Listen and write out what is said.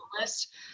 list